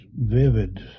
vivid